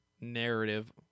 narrative